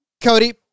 cody